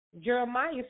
Jeremiah